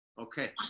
okay